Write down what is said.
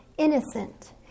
innocent